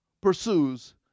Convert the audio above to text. pursues